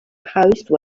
house